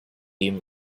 dem